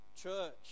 Church